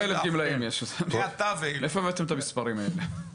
מאיפה הבאת את המספרים האלה?